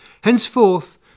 Henceforth